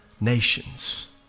nations